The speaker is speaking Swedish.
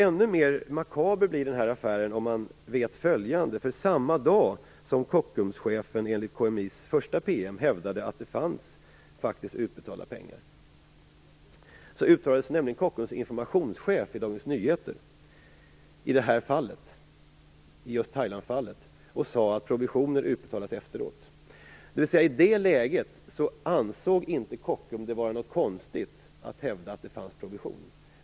Ännu mer makaber blir denna affär om man vet följande: Samma dag som Kockumschefen enligt KMI:s första PM hävdade att det fanns utbetalda pengar uttalade sig Kockums informationschef i Dagens Nyheter i just Thailandfallet och sade att provisioner utbetalas efteråt. I det läget ansåg inte Kockums det vara något konstigt att hävda att det fanns provision.